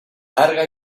larga